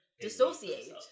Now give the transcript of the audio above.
dissociate